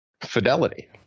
Fidelity